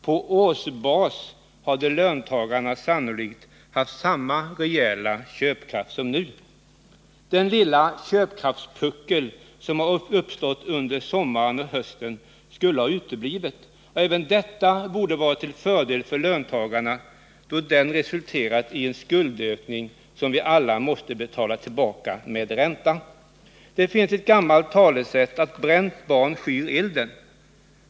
På årsbas hade löntagarna sannolikt haft samma reella köpkraft som nu. Den lilla köpkraftspuckel som uppstått under sommaren och hösten skulle inte ha uppkommit, och även detta borde ha varit till fördel för löntagarna, då den resulterat i en skuldökning som vi alla måste betala tillbaka med ränta. Det finns ett gammalt talesätt som säger att bränt barn skyr elden.